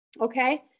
Okay